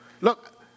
Look